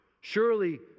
Surely